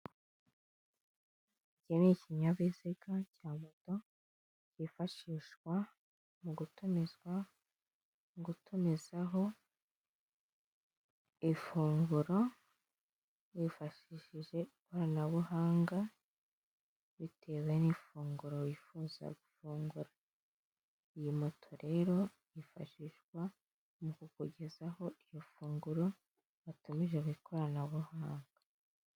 Iki ni ikinyabiziga cya moto cyifashishwa mu gutumizwa, gutumizaho ifunguro yifashishije ikoranabuhanga bitewe n'ifunguro wifuza gufungura. Iyi moto rero yifashishwa mu kukugezaho iryo funguro watumije ku ikoranabuhanga.